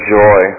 joy